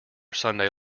sunday